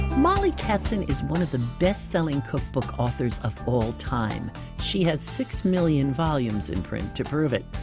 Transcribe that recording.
mollie katzen is one of the best-selling cookbook authors of all-time she has six million volumes in print to prove it.